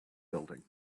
building